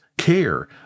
care